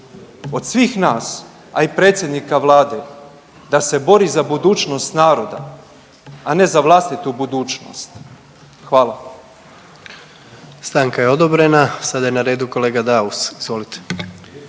od svih nas, a i predsjednika vlade da se bori za budućnost naroda, a ne za vlastitu budućnost. Hvala.